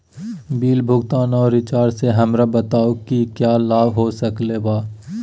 Bill भुगतान और recharge से हमरा बताओ कि क्या लाभ हो सकल बा?